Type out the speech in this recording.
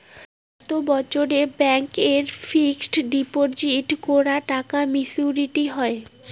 কত বছরে ব্যাংক এ ফিক্সড ডিপোজিট করা টাকা মেচুউরিটি হয়?